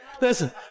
Listen